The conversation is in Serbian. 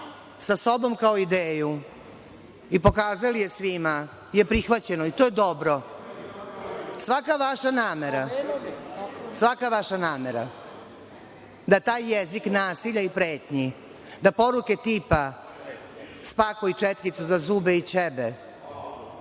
sa sobom kao ideju i pokazali je svima je prihvaćeno, i to je dobro. Svaka vaša namera da taj jezik nasilja i pretnji, da poruke tipa „spakuj četkicu za zube i ćebe“,